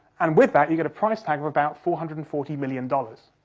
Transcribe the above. and with that you get a price tag of about four hundred and forty million dollars.